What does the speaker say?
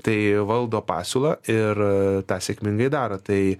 tai valdo pasiūlą ir tą sėkmingai daro tai